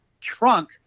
trunk